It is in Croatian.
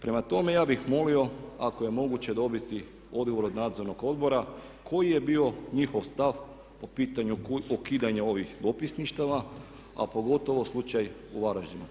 Prema tome, ja bih molio ako je moguće dobiti odgovor od nadzornog odbora koji je bio njihov stav po pitanju ukidanja ovih dopisništava a pogotovo slučaj u Varaždinu.